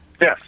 Yes